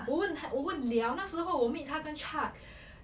我问她我问了那时候我 meet 她跟 chaq